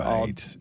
Right